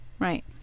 Right